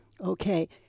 Okay